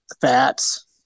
fats